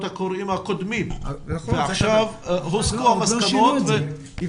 הקוראים הקודמים ועכשיו הוסקו המסקנות ו --- נכון.